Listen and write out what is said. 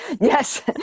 Yes